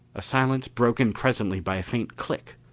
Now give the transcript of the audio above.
a silence broken presently by a faint click,